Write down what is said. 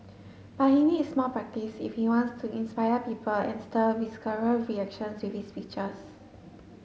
but he needs more practise if he wants to inspire people and stir visceral reactions with speeches